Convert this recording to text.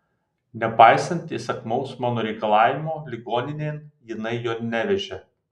nepaisant įsakmaus mano reikalavimo ligoninėn jinai jo nevežė